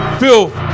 filth